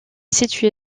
situé